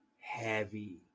heavy